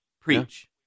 Preach